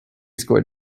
scored